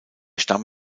stamm